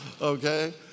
Okay